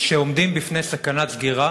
שעומדים בפני סכנת סגירה,